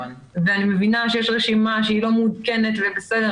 אני מבינה שיש רשימה שהיא לא מעודכנת ובסדר,